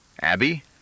Abby